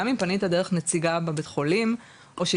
גם אם פנית דרך נציגה בבית חולים,